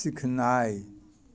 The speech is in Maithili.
सिखनाइ